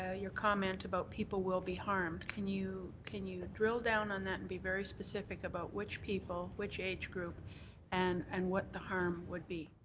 ah your comment about people will be harmed. can you can you drill down on that and be very specific specific about which people, which age group and and what the harm would be.